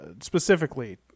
specifically